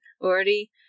already